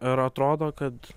ir atrodo kad